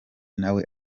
nawe